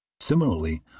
Similarly